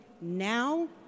now